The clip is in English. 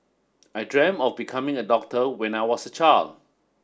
I dream of becoming a doctor when I was a child